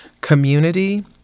community